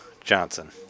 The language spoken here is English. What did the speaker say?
johnson